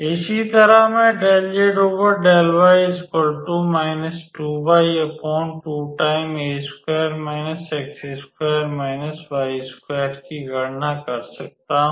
इसी तरह मैं की गणना कर सकता हूं